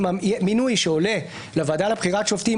אם המינוי שעולה לוועדה לבחירת שופטים